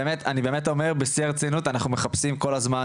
אני באמת אומר בשיא הרצינות אנחנו מחפשים כל הזמן,